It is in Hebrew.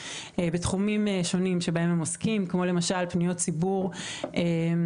בתחומים שונים בהם הם עוסקים כמו למשל פניות ציבור למתנדבים,